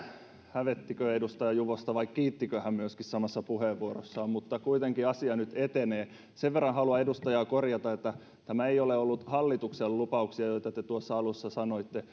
hävettikö edustaja juvosta vai kiittikö hän myöskin samassa puheenvuorossaan mutta kuitenkin asia nyt etenee sen verran haluan edustajaa korjata että nämä eivät ole olleet hallituksen lupauksia joita te tuossa alussa sanoitte